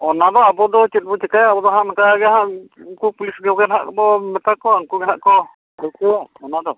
ᱚᱱᱟ ᱫᱚ ᱟᱵᱚ ᱫᱚ ᱪᱮᱫ ᱵᱚ ᱪᱤᱠᱟᱹᱭᱟ ᱟᱵᱚ ᱫᱚ ᱦᱟᱜ ᱚᱱᱠᱟᱜᱮ ᱦᱟᱜ ᱩᱱᱠᱩ ᱯᱩᱞᱤᱥ ᱠᱚᱜᱮ ᱱᱟᱦᱟᱜ ᱵᱚᱱ ᱢᱮᱛᱟ ᱠᱚᱣᱟ ᱩᱱᱠᱩ ᱜᱮ ᱦᱟᱜ ᱠᱚ ᱴᱷᱟᱹᱣᱠᱟᱭᱟ ᱚᱱᱟ ᱫᱚ